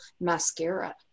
mascara